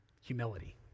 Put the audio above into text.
humility